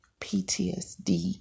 PTSD